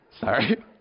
Sorry